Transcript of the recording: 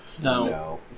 No